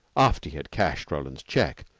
after he had cashed roland's check,